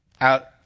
out